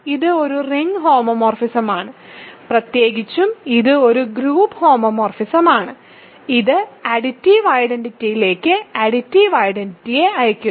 ഇത് ഒരു റിംഗ് ഹോമോമോർഫിസമാണ് പ്രത്യേകിച്ചും ഇത് ഒരു ഗ്രൂപ്പ് ഹോമോമർഫിസം ആണ് ഇത് അഡിറ്റീവ് ഐഡന്റിറ്റിയിലേക്ക് അഡിറ്റീവ് ഐഡന്റിറ്റി അയയ്ക്കുന്നു